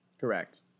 Correct